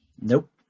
Nope